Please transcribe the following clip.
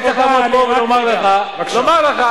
הייתי צריך לעמוד פה ולומר לך: אדוני,